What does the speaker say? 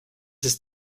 ist